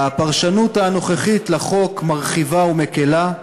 הפרשנות הנוכחית לחוק מרחיבה ומקילה,